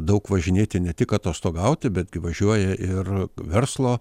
daug važinėti ne tik atostogauti betgi važiuoja ir verslo